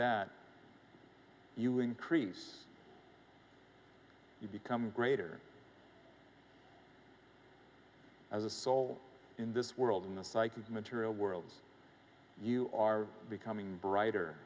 that you increase you become greater as a soul in this world in the psyche of the material world you are becoming brighter